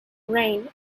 rain